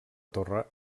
torre